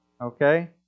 Okay